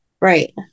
right